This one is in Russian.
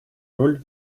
роль